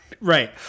Right